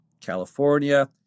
California